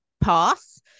pass